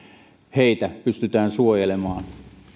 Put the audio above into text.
heitä pystytään suojelemaan